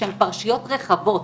שהם פרשיות רחבות,